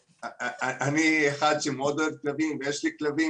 אני אחד שמאוד אוהב כלבים ויש לי כלבים